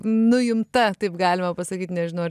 nuimta taip galima pasakyt nežinau ar